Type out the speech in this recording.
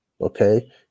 okay